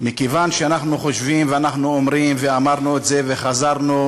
גם מכיוון שאנחנו חושבים ואנחנו אומרים ואמרנו את זה וחזרנו,